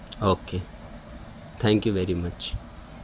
okay thank you very much